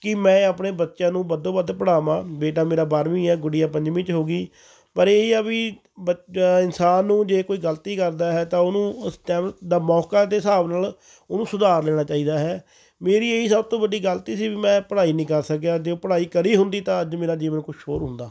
ਕਿ ਮੈਂ ਆਪਣੇ ਬੱਚਿਆਂ ਨੂੰ ਵੱਧੋ ਵੱਧ ਪੜ੍ਹਾਵਾਂ ਬੇਟਾ ਮੇਰਾ ਬਾਰ੍ਹਵੀਂ ਹੈ ਗੁੜੀਆ ਪੰਜਵੀਂ 'ਚ ਹੋ ਗਈ ਪਰ ਇਹ ਆ ਵੀ ਬ ਇਨਸਾਨ ਨੂੰ ਜੇ ਕੋਈ ਗਲਤੀ ਕਰਦਾ ਹੈ ਤਾਂ ਉਹਨੂੰ ਉਸ ਟਾਇਮ ਦਾ ਮੌਕਾ ਦੇ ਹਿਸਾਬ ਨਾਲ ਉਹਨੂੰ ਸੁਧਾਰ ਲੈਣਾ ਚਾਹੀਦਾ ਹੈ ਮੇਰੀ ਇਹੀ ਸਭ ਤੋਂ ਵੱਡੀ ਗਲਤੀ ਸੀ ਵੀ ਮੈਂ ਪੜ੍ਹਾਈ ਨਹੀਂ ਕਰ ਸਕਿਆ ਜੇ ਪੜ੍ਹਾਈ ਕਰੀ ਹੁੰਦੀ ਤਾਂ ਅੱਜ ਮੇਰਾ ਜੀਵਨ ਕੁਛ ਹੋਰ ਹੁੰਦਾ